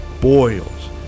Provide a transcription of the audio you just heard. boils